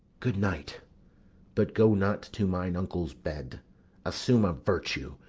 good night but go not to mine uncle's bed assume a virtue,